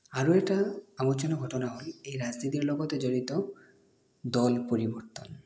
আৰু এটা আমোদজনক কথা হ'ল এই ৰাজনীতিৰ লগতে জড়িত দল পৰিবৰ্তন